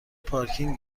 پارکینگ